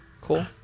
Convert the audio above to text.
cool